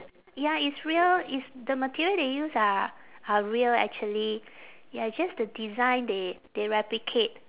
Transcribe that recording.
ya it's real it's the material they use are are real actually ya just the design they they replicate